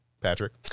Patrick